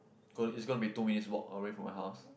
gon~ it's gonna be two minutes walk away from my house